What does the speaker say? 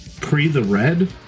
pre-the-red